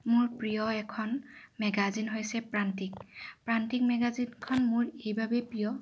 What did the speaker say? মোৰ প্ৰিয় এখন মেগাজিন হৈছে প্ৰান্তিক প্ৰান্তিক মেগাজিনখন মোৰ এইবাবেই প্ৰিয়